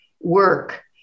work